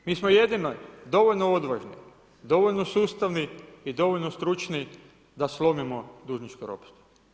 Mi smo jedini dovoljno odvažni, dovoljno sustavni i dovoljno stručni da slomimo dužničko ropstvo.